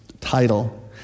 title